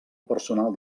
personal